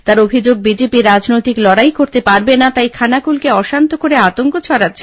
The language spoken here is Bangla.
তাঁর অভিযোগ বিজেপি রাজনৈতিক লড়াই করতে পারবে না তাই খানাকুলকে অশান্ত করে আতঙ্ক ছড়াচ্ছে